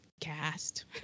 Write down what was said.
cast